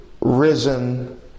risen